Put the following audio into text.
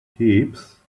heaps